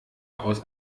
aus